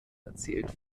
erzählt